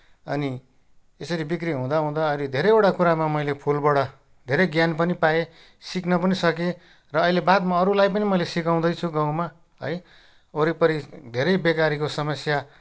अनि यसरी बिक्री हुँदा हुँदा अहिले धेरैवटा कुरामा मैले फुलबाट धेरै ज्ञान पनि पाएँ सिक्न पनि सकेँ र अहिले बादमा मैले अरूलाई पनि सिकाउँदैछु गाउँमा है वरिपरि धेरै बेकारीको समस्या